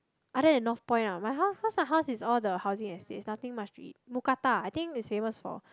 other than Northpoint ah my house cause my house is all the housing estates nothing much to eat Mookata I think it's famous for